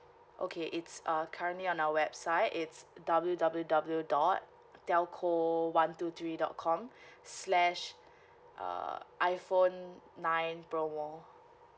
okay it's uh currently on our website it's W W W dot telco one two three dot com slash err iphone nine promo